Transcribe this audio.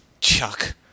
Chuck